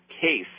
case